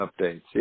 updates